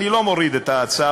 אני לא מוריד את ההצעה,